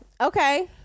okay